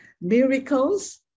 Miracles